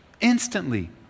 instantly